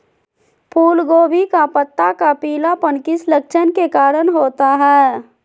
फूलगोभी का पत्ता का पीलापन किस लक्षण के कारण होता है?